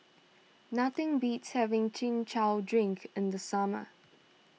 nothing beats having Chin Chow Drink in the summer